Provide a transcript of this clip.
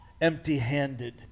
empty-handed